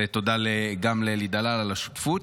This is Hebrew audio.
ותודה גם לאלי דלל על השותפות.